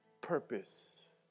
Purpose